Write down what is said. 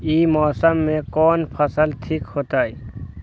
ई मौसम में कोन फसल ठीक होते?